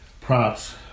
props